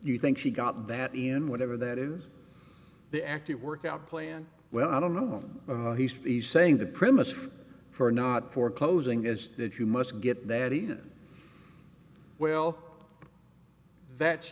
you think she got that in whatever that is the active workout plan well i don't know what he's saying the premises for not for closing is that you must get that he did well that's